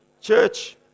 Church